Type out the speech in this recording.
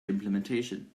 implementation